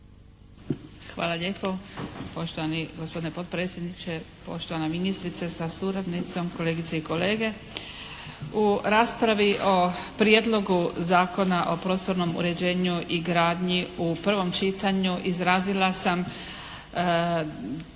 Hvala lijepo. Poštovani gospodine potpredsjedniče, poštovana ministrice sa suradnicom, kolegice i kolege. U raspravi o Prijedlogu zakona o prostornom uređenju i gradnji u prvom čitanju izrazila sam